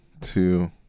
two